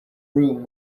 room